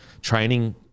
training